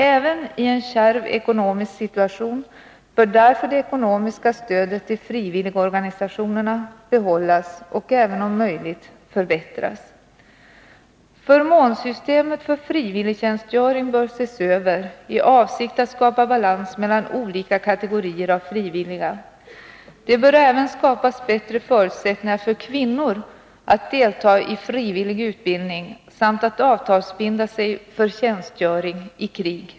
Även i en kärv ekonomisk situation bör därför det ekonomiska stödet till frivilligorganisationerna behållas och även om möjligt förbättras. Förmånssystemet för frivilligtjänstgöring bör ses över i avsikt att skapa balans mellan olika kategorier av frivilliga. Det bör även skapas bättre förutsättningar för kvinnor att delta i frivillig utbildning och att avtalsbinda sig för tjänstgöring i krig.